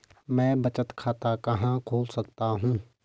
मैं बचत खाता कहां खोल सकता हूँ?